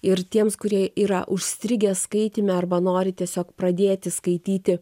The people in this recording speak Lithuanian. ir tiems kurie yra užstrigę skaityme arba nori tiesiog pradėti skaityti